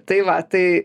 tai va tai